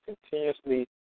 continuously